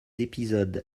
épisodes